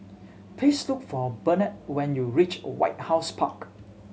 please look for Burnett when you reach White House Park